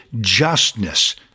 justness